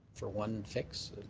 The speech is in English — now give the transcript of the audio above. for one fix?